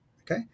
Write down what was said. Okay